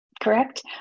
correct